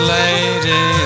lady